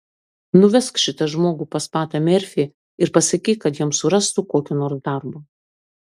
nuvesk šitą žmogų pas patą merfį ir pasakyk kad jam surastų kokio nors darbo